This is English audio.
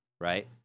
right